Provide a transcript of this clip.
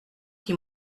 qui